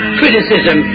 criticism